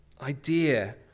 idea